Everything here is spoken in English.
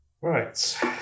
Right